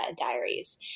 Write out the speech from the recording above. diaries